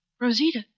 Rosita